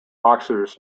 boxers